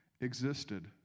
existed